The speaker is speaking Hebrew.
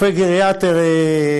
רופא גריאטרי,